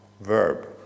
verb